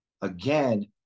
Again